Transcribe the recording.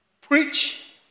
preach